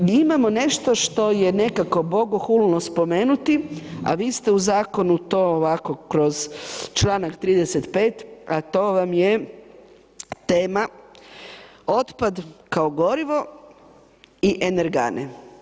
Imamo nešto što je nekako bogohulno spomenuti, a vi ste u zakonu to ovako kroz članak 35., a to vam je tema otpad kao gorivo i energane.